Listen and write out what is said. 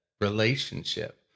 relationship